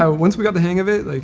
um once we got the hang of it,